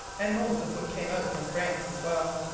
and most of what came out from france as well.